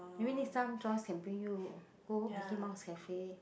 maybe next time Joyce can bring you go Mickey Mouse cafe